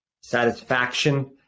satisfaction